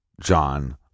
John